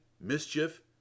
mischief